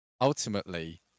ultimately